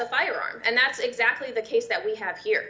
a firearm and that's exactly the case that we have here